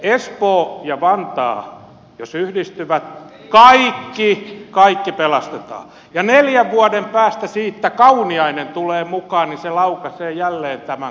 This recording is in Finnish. jos espoo ja vantaa yhdistyvät kaikki pelastetaan ja jos neljän vuoden päästä siitä kauniainen tulee mukaan niin se laukaisee jälleen tämän kaikille